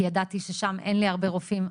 כי ידעתי ששם אין לי הרבה רופאים.